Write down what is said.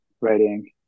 writing